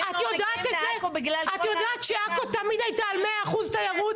את יודעת שעכו תמיד הייתה על 100% תיירות?